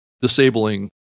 disabling